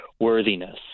worthiness